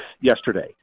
yesterday